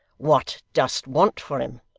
what dost want for him?